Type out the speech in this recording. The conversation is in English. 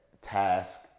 task